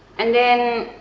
and then